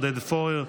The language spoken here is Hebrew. עודד פורר,